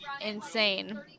Insane